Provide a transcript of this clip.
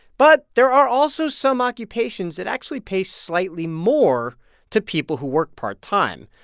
but there are also some occupations that actually pay slightly more to people who work part time.